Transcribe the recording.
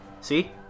See